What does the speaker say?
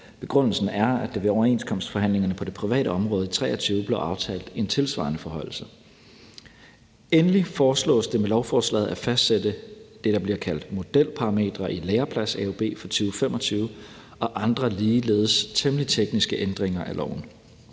Begrundelsen er, at der ved overenskomstforhandlingerne på det private område i 2023 blev aftalt en tilsvarende forhøjelse. Endelig foreslås det med lovforslaget at fastsætte det, der bliver kaldt modelparametre, i Læreplads-AUB for 2025 og andre ligeledes temmelig tekniske ændringer af loven.